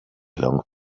long